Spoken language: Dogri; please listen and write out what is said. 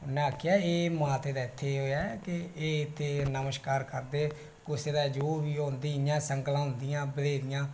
उन्नै आखेआ एह् माता दा इत्थै ऐ ते नमस्कार करदे कुसै दा जो बी होंदी इयां संगलां